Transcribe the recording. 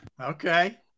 okay